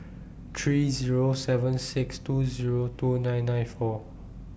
three Zero seven six two Zero two nine nine four